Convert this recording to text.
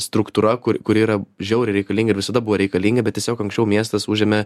struktūra kuri yra žiauriai reikalingair visada buvo reikalinga bet tiesiog anksčiau miestas užėmė